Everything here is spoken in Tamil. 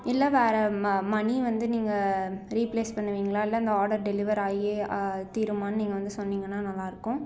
இல்லை வேறு மனி வந்து நீங்கள் ரீப்ளேஸ் பண்ணுவீங்களா இல்லை இந்த ஆடரை டெலிவர் ஆயே தீரும்மான்னு நீங்கள் வந்து சொன்னிங்கன்னா நல்லா இருக்கும்